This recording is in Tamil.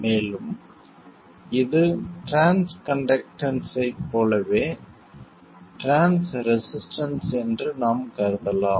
மேலும் இது டிரான்ஸ் கண்டக்டன்ஸைப் போலவே டிரான்ஸ் ரெசிஸ்டன்ஸ் என்று நாம் கருதலாம்